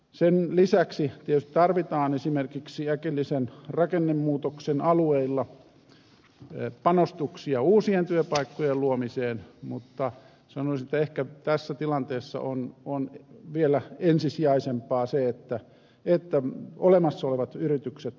sen lisäksi tietysti tarvitaan esimerkiksi äkillisen rakennemuutoksen alueilla panostuksia uusien työpaikkojen luomiseen mutta sanoisin että ehkä tässä tilanteessa on vielä ensisijaisempaa se että olemassa olevat yritykset turvataan